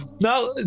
Now